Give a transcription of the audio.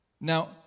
now